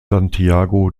santiago